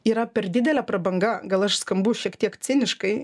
yra per didelė prabanga gal aš skambu šiek tiek ciniškai